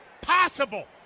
possible